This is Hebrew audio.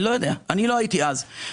אני לא הייתי אז.